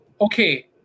okay